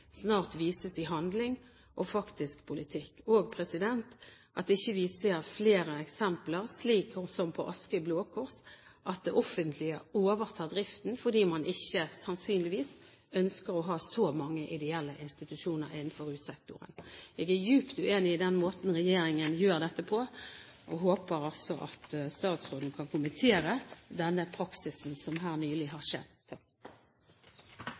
snart vises i handling og faktisk politikk, og håper at vi ikke ser flere eksempler, slik som på Askøy Blå Kors, der det offentlige overtar driften fordi man sannsynligvis ikke ønsker å ha så mange ideelle institusjoner innenfor russektoren. Jeg er djupt uenig i den måten regjeringen gjør dette på, og håper altså at statsråden kan kommentere den praksisen som her nylig har skjedd. Og det får statsråden anledning til